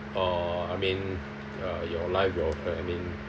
uh I mean uh your life your uh I mean